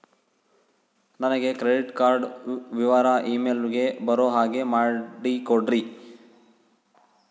ನನಗೆ credit card ವಿವರ email ಗೆ ಬರೋ ಹಾಗೆ ಮಾಡಿಕೊಡ್ರಿ?